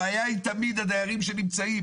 הבעיה היא תמיד הדיירים שנמצאים.